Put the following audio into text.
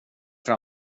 vara